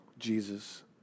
Jesus